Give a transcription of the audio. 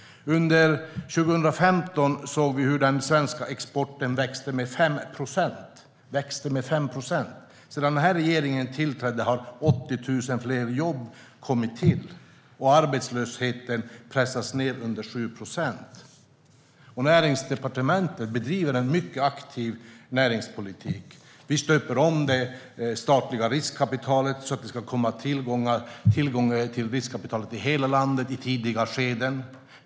Under 2015 såg vi hur den svenska exporten växte med 5 procent. Sedan denna regering tillträdde har 80 000 fler jobb kommit till, och arbetslösheten har pressats ned under 7 procent. Näringsdepartementet bedriver en mycket aktiv näringspolitik. Vi stöper om det statliga riskkapitalet, så att det ska komma hela landet till del i hela landet i tidiga skeden.